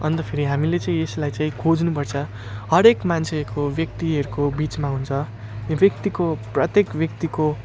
अन्त फेरि हामीले चाहिँ यसलाई चाहिँ खोज्नुपर्छ हरेक मान्छेको व्यक्तिहरूको बिचमा हुन्छ व्यक्तिको प्रत्येक व्यक्तिको